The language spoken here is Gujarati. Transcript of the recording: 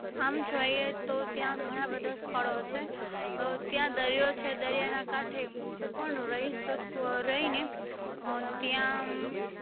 આમ જોઈએ તો ત્યાં ઘણાં બધાં સ્થળો છે ત્યાં દરિયો છે દરિયાના કાંઠે પણ રહી શક રહીને ત્યાં આમ